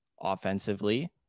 offensively